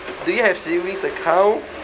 do you have savings account